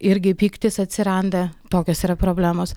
irgi pyktis atsiranda tokios yra problemos